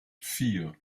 vier